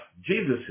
Jesus